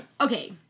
Okay